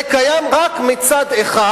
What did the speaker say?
זה קיים רק מצד אחד,